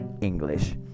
English